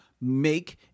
make